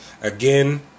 again